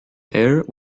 air